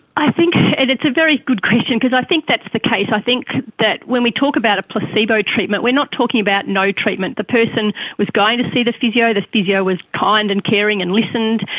i think, it's a very good question, because i think that's the case. i think that when we talk about a placebo treatment, we're not talking about no treatment. the person was going to see the physio, the physio was kind and caring and listened,